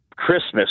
Christmas